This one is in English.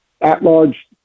at-large